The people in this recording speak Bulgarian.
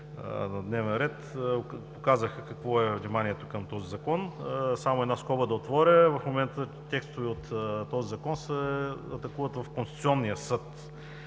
на дневен ред, показаха какво е отношението към този Закон. Само една скоба да отворя: в момента текстове от този Закон се атакуват в Конституционния съд